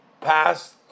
passed